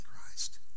Christ